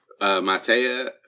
Matea